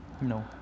no